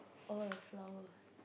or a flower